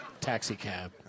Taxicab